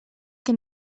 que